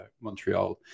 montreal